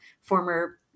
former